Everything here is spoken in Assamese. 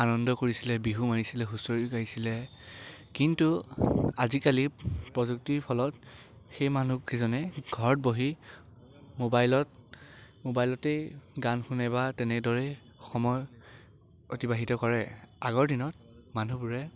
আনন্দ কৰিছিলে বিহু মাৰিছিলে হুঁচৰি গাইছিলে কিন্তু আজিকালি প্ৰযুক্তিৰ ফলত সেই মানুহ কেইজনে ঘৰত বহি মোবাইলত মোবাইলতেই গান শুনে বা তেনেদৰেই সময় অতিবাহিত কৰে আগৰ দিনত মানুহবোৰে